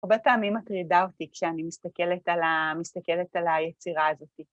הרבה פעמים מטרידה אותי כשאני מסתכלת על היצירה הזאת.